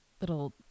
little